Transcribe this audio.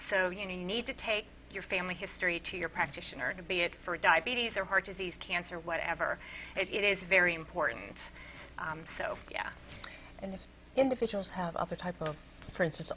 so you need to take your family history to your practitioner to be it for diabetes or heart disease cancer or whatever it is very important so yeah and if individuals have a type of princes